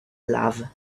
love